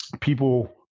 people